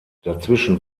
dazwischen